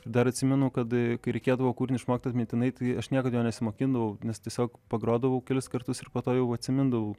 dar atsimenu kad kai reikėdavo kūrinį išmokti atmintinai tai aš niekad jo nesimokindavau nes tiesiog pagrodavau kelis kartus ir po to jau atsimindavau